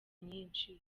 nyinshi